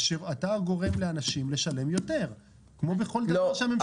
אתה גורם לאנשים לשלם יותר כמו בכל דבר שהממשלה הזאת עושה.